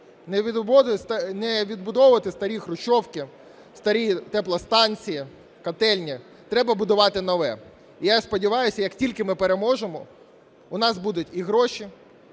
Не відбудовувати старі хрущовки, старі теплостанції, котельні – треба будувати нове. І я сподіваюся, як тільки ми переможемо, у нас будуть і гроші,